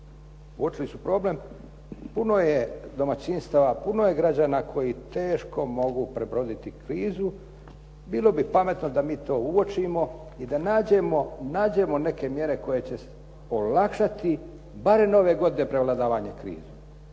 uočili su problem. Puno je domaćinstava, puno je građana koji teško mogu prebroditi krizu. Bilo bi pametno da mi to uočimo i da nađemo neke mjere koje će olakšati barem ove godine prevladavanje krize.